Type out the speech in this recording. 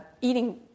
eating